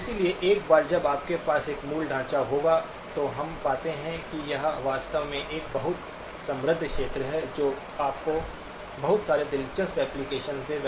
इसलिए एक बार जब आपके पास यह मूल ढांचा होगा तो हम पाते हैं कि यह वास्तव में एक बहुत समृद्ध क्षेत्र है जो आपको बहुत सारे दिलचस्प ऍप्लिकेशन्स देगा